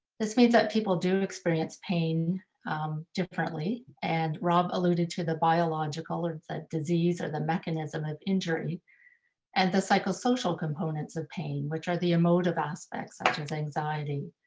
this means that people do experience pain differently. and rob alluded to the biological or the disease or the mechanism of injury and the psychosocial components of pain, which are the emotive aspects, such as anxiety,